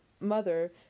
mother